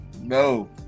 No